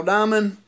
Diamond